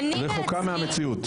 רחוקה מהמציאות.